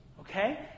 Okay